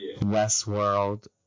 Westworld